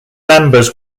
members